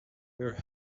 her